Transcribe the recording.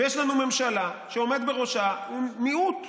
ויש לנו ממשלה שהעומד בראשה הוא מיעוט,